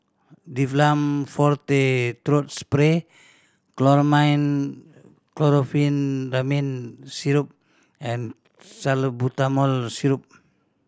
Difflam Throat Spray Chlormine Chlorpheniramine Syrup and Salbutamol Syrup